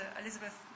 Elizabeth